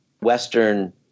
Western